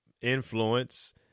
influence